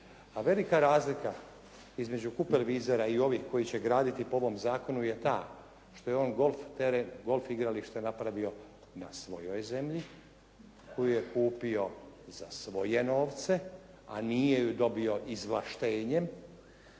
velika je razlika između Cooper Weisera i ovih koji će graditi po ovom zakonu je ta što je on golf teren, golf igralište napravio na svojoj zemlji koju je kupio za svoje novce, a nije ju dobio izvlaštenjem